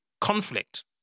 conflict